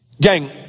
Gang